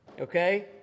Okay